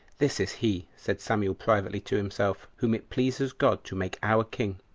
this is he, said samuel privately to himself, whom it pleases god to make our king.